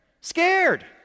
Scared